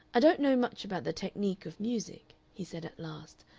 i don't know much about the technique of music, he said at last,